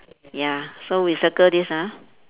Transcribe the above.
ya so we circle this ah